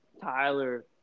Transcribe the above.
Tyler